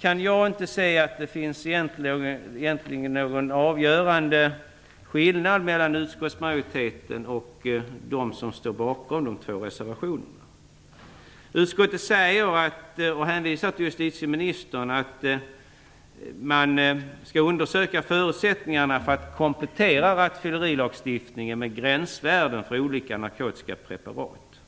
kan jag inte se att det egentligen finns någon avgörande skillnad mellan utskottsmajoriteten och dem som står bakom de två reservationerna. Utskottet hänvisar till justitieministern och säger att förutsättningarna skall undersökas för att komplettera rattfyllerilagstiftningen med gränsvärden för olika narkotiska preparat.